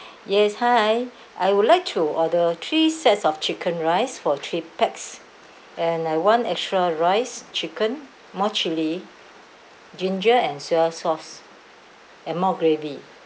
yes hi I would like to order three sets of chicken rice for three pax and uh I want extra rice chicken more chili ginger and soy sauce and more gravy